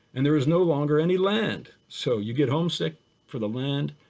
and there is no longer any land. so you get homesick for the land,